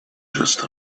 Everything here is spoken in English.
just